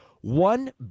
one